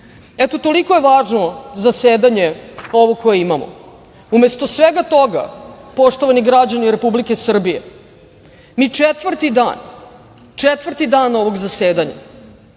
toliko je važno zasedanje ovo koje imamo. Umesto svega toga, poštovani građani Republike Srbije, mi četvrti dan ovog zasedanja